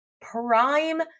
prime